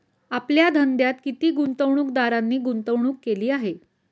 आपल्या धंद्यात किती गुंतवणूकदारांनी गुंतवणूक केली आहे?